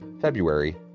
February